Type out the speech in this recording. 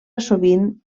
sovint